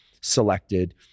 selected